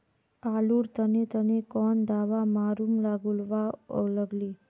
आलूर तने तने कौन दावा मारूम गालुवा लगली?